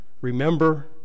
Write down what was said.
Remember